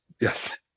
Yes